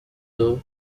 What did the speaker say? the